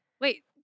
Wait